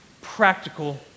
practical